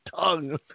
tongue